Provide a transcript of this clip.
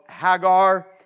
Hagar